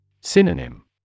Synonym